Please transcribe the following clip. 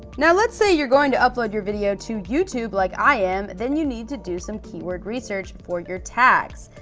now, let's say you're going to upload your video to youtube like i am, then you need to do some keyword research for your tags.